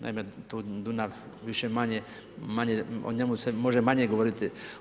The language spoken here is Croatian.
Naime tu Dunav, više-manje, manje, o njemu se može manje govoriti.